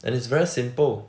and it's very simple